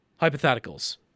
hypotheticals